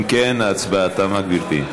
אם כן, ההצבעה תמה, גברתי.